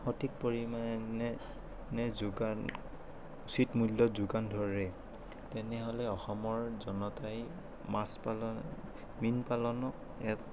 সঠিক পৰিমাণে যোগান উচিত মূল্যত যোগান ধৰে তেনেহ'লে অসমৰ জনতাই মাছ পালন মীন পালনক এক